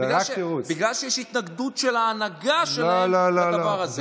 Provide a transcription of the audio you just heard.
בגלל שיש התנגדות של ההנהגה שלהם לדבר הזה.